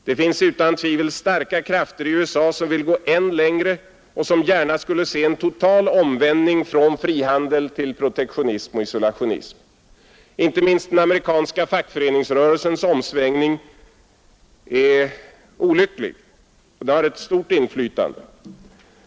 Det finns utan tvivel starka krafter i USA som vill gå än längre och som gärna skulle se en total omvändning från frihandel till protektionism och isolationism, Inte minst den amerikanska fackföreningsrörelsens omsvängning är olycklig och har ett stort inflytande.